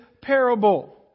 parable